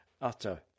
Utter